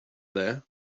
there